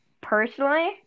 Personally